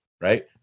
Right